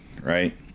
right